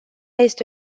este